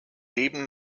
leben